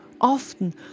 often